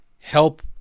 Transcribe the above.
help